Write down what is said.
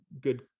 good